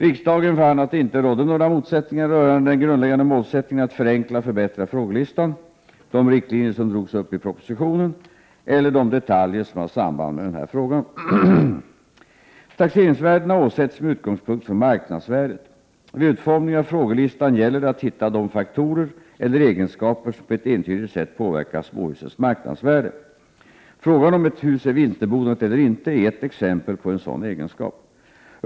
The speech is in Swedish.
Riksdagen fann att det inte rådde några motsättningar rörande den grundläggande målsättningen att förenkla och förbättra frågelistan, de riktlinjer som drogs upp i propositionen eller de detaljer som har samband med denna fråga. Taxeringsvärdena åsätts med utgångspunkt i marknadsvärdet. Vid utformningen av frågelistan gäller det att hitta de faktorer eller egenskaper som på ett entydigt sätt påverkar småhusens marknadsvärde. Frågan om ett hus är vinterbonat eller inte är ett exempel på en sådan egenskap.